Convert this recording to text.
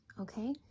okay